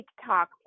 TikTok